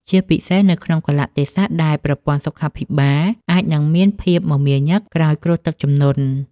ជាពិសេសនៅក្នុងកាលៈទេសៈដែលប្រព័ន្ធសុខាភិបាលអាចនឹងមានភាពមមាញឹកក្រោយគ្រោះទឹកជំនន់។